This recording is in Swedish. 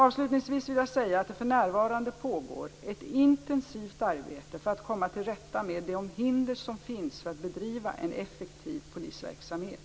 Avslutningsvis vill jag säga att det för närvarande pågår ett intensivt arbete för att komma till rätta med de hinder som finns för att bedriva en effektiv polisverksamhet.